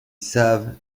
savent